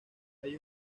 hay